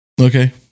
Okay